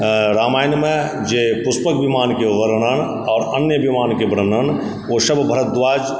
रामायणमे जे पुष्पक विमानके वर्णन आओर अन्य विमानके वर्णन ओसब भारद्वाज